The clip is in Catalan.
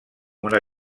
una